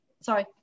Sorry